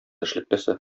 эшлеклесе